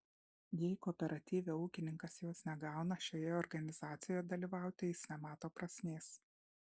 jei kooperatyve ūkininkas jos negauna šioje organizacijoje dalyvauti jis nemato prasmės